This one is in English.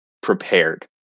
Prepared